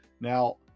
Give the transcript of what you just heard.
now